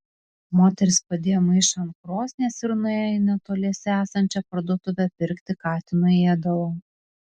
moteris padėjo maišą ant krosnies ir nuėjo į netoliese esančią parduotuvę pirkti katinui ėdalo